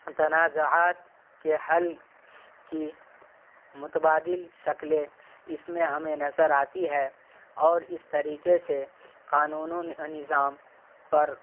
تنازعات کے حل کی متبادل شکلیں اس میں ہمیں نظر آتی ہے اور اس طریقے سے قانون و نظام پر